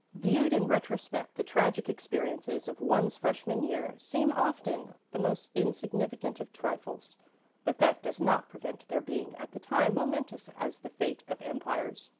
viewed in retrospect the tragic experiences of one's freshman year seem often the most insignificant of trifles but that does not prevent their being at the time momentous as the fate of empires.